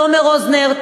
תומר רוזנר.